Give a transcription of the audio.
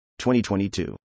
2022